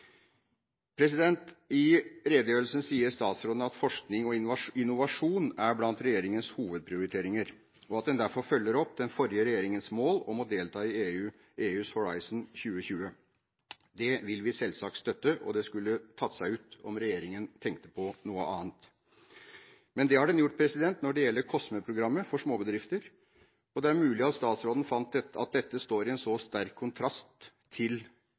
I redegjørelsen sier statsråden at forskning og innovasjon er blant regjeringens hovedprioriteringer, og at den derfor følger opp den forrige regjeringens mål om å delta i EUs Horizon 2020. Det vil vi selvsagt støtte, og det skulle tatt seg ut om regjeringen tenkte på noe annet. Men det har den gjort når det gjelder COSME-programmet for småbedrifter. Det er mulig statsråden fant at dette står i en så sterk kontrast til